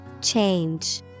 Change